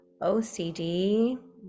OCD